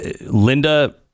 linda